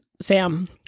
Sam